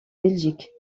belgique